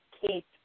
Kate